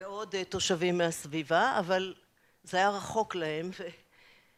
ועוד תושבים מהסביבה אבל זה היה רחוק להם, ו..